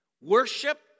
worship